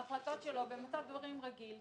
ההחלטות שלו במצב דברים רגיל,